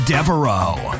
Devereaux